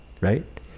Right